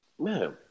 man